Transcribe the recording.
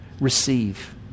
Receive